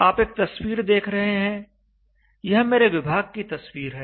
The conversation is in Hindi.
आप एक तस्वीर देख रहे हैं यह मेरे विभाग की तस्वीर है